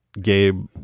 gabe